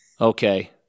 Okay